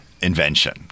invention